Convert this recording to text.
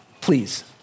Please